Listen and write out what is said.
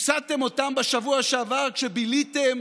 הפסדתם אותם בשבוע שעבר כשביליתם